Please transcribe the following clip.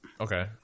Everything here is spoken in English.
Okay